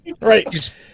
Right